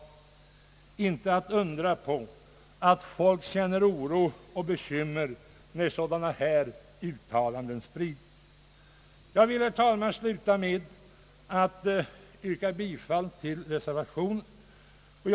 Det är icke att undra på att folk känner oro och bekymmer, när sådana här uttalanden sprids. Jag vill, herr talman, sluta mitt anförande med att yrka bifall till reservationen.